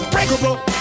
Unbreakable